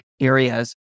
areas